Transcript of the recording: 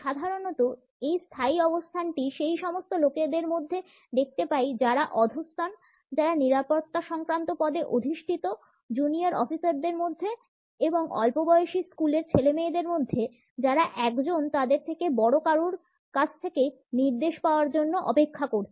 সাধারণত আমরা এই স্থায়ী অবস্থানটি সেই সমস্ত লোকেদের মধ্যে দেখতে পাই যারা অধস্তন যারা নিরাপত্তা সংক্রান্ত পদে অধিষ্ঠিত জুনিয়র অফিসারদের মধ্যে এবং অল্পবয়সী স্কুলের ছেলেমেয়েদের মধ্যে যারা একজন তাদের থেকে বড় কারুর কাছ থেকে নির্দেশ পাওয়ার জন্য অপেক্ষা করছে